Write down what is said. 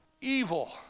Evil